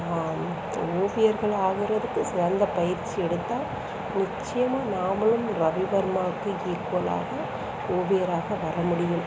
ஓவியர்களாகிறதுக்கு சிறந்த பயிற்சி எடுத்தால் நிச்சயமா நாமளும் ரவிவர்மாவுக்கு ஈக்குவலாக ஓவியராக வர முடியும்